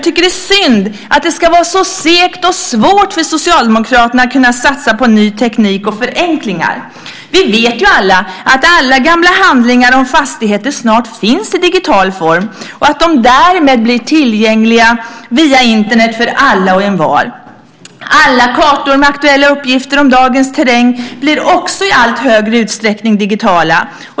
Det är synd att det ska vara så segt och svårt för Socialdemokraterna att satsa på ny teknik och förenklingar. Vi vet ju att alla gamla handlingar om fastigheter snart finns i digital form och därmed blir tillgängliga via Internet för alla och envar. Alla kartor med aktuella uppgifter om dagens terräng blir också i allt större utsträckning digitala.